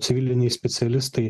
civiliniai specialistai